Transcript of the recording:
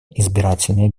избирательные